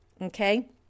okay